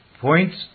points